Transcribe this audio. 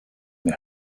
they